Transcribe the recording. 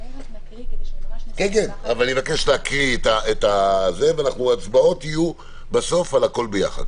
אז אני מבקש להקריא וההצבעות יהיו בסוף על הכול ביחד.